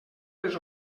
les